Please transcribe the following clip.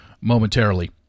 momentarily